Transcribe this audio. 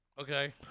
Okay